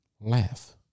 laugh